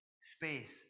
space